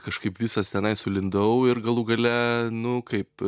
kažkaip visas tenai sulindau ir galų gale nu kaip